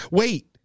wait